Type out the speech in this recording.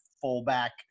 fullback